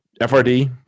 FRD